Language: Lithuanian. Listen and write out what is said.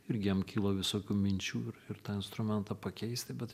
irgi jam kilo visokių minčių ir ir tą instrumentą pakeisti bet